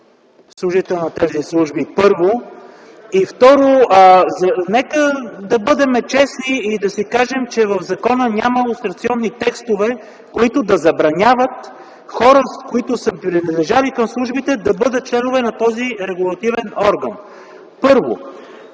служител на тези служби – първо. Второ, нека да бъдем честни и да си кажем, че в закона няма лустрационни текстове, които да забраняват хора, които са принадлежали към службите, да бъдат членове на този регулативен орган. Второ,